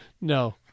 no